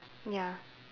ya